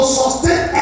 sustain